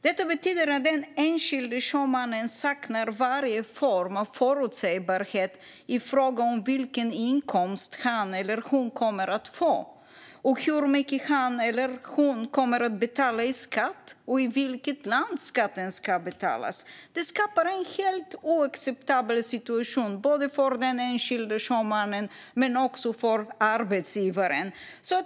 Detta betyder att den enskilde sjömannen saknar varje form av förutsägbarhet i fråga om vilken inkomst han eller hon kommer att få, hur mycket han eller hon kommer att betala i skatt och i vilket land skatten ska betalas. Detta skapar en helt oacceptabel situation, både för den enskilde sjömannen och för arbetsgivaren.